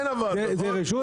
זה רשות.